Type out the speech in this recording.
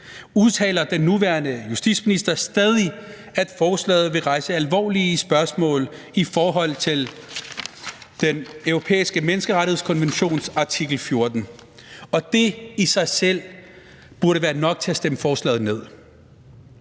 høre den nuværende justitsminister udtale, at forslaget vil rejse alvorlige spørgsmål i forhold til Den Europæiske Menneskerettighedskonventions artikel 14. Og det i sig selv burde være nok til at stemme forslaget ned.